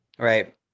Right